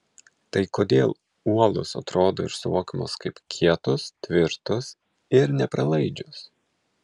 tai kodėl uolos atrodo ir suvokiamos kaip kietos tvirtos ir nepralaidžios